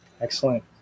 Excellent